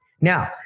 Now